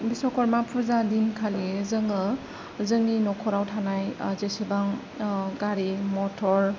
भिस्वकर्मा फुजा दिनखालि जोङो जोंनि न'खराव थानाय जेसेबां गारि मथर